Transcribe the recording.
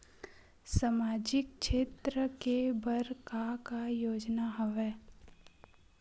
सामाजिक क्षेत्र के बर का का योजना हवय?